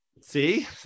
see